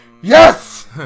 yes